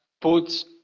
puts